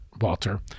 Walter